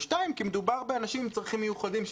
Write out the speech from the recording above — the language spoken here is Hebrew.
וגם כי מדובר באנשים עם צרכים מיוחדים,